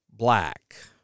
Black